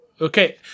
Okay